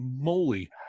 moly